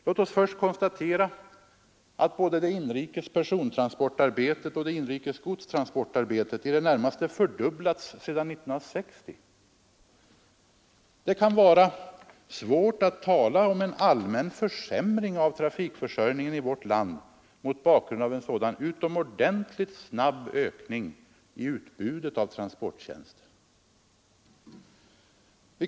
Låt oss först konstatera att både det inrikes persontransportarbetet och det inrikes godstransportarbetet i det närmaste fördubblats sedan år 1960. Det kan vara svårt att tala om en allmän försämring av trafikförsörjningen i vårt land mot bakgrund av en sådan utomordentligt snabb ökning av utbudet av transporttjänster.